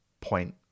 point